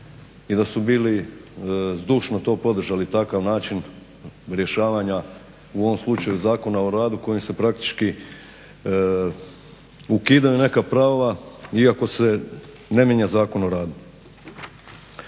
i da su bili zdušno to podržali takav način rješavanja u ovom slučaju Zakona o radu kojim se praktički ukidaju neka prava iako se ne mijenja Zakon o radu.